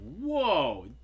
whoa